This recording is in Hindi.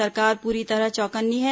राज्य सरकार पूरी तरह चौकन्नी है